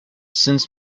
since